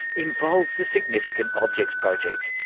involves the significant objects project,